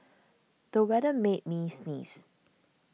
the weather made me sneeze